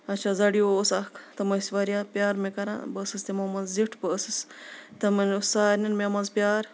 اچھا زیٚڈ ای او اوس اکھ تِم ٲس واریاہ پیار مےٚ کران بہٕ ٲسٕس تِمن منٛز زیٚٹھ بہٕ ٲسٕس تِمن اوس سارنی مےٚ منٛز پیار